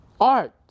art